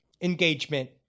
engagement